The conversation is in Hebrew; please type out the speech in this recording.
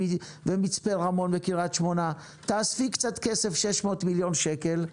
מצפה רמון וקריית שמונה תאספי 600 מיליון שקל,